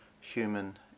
human